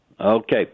Okay